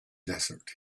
desert